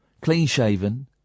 clean-shaven